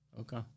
okay